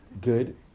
good